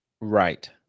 right